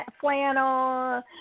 flannel